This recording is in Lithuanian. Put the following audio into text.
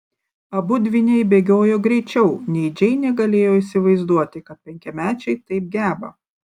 abu dvyniai bėgiojo greičiau nei džeinė galėjo įsivaizduoti kad penkiamečiai taip geba